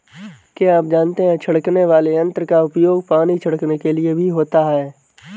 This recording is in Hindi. क्या आप जानते है छिड़कने वाले यंत्र का उपयोग पानी छिड़कने के लिए भी होता है?